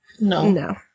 No